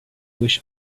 wish